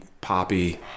poppy